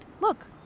look